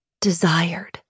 desired